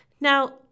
Now